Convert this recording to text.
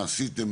מה עשיתם,